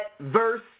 verse